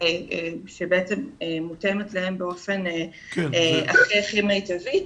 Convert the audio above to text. שבעצם מותאמת להם באופן הכי מיטבי,